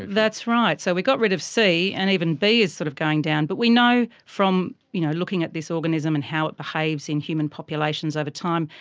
that's right, so we got rid of c and even b is sort of going down, but we know from you know looking at this organism and how it behaves in human populations over time,